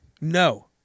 No